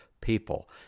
people